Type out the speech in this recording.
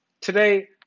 Today